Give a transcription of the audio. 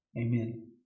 Amen